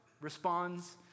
responds